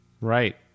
Right